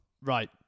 Right